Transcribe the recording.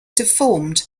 deformed